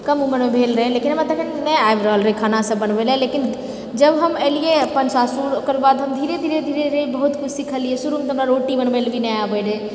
कम उमरमे भेल रहै लेकिन हमरा तखनि नहि आबि रहल रहै खानासब बनवै लए लेकिन जब हम एलिऐ अपन सासुर ओकर बाद हम धीरे धीरे धीरे धीरे बहुत किछु सिखलिऐ शुरुमे तऽ हमरा रोटी बनवैलए भी नहि आबए रहै